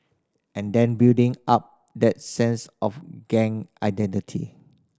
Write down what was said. and then building up that sense of gang identity